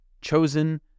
chosen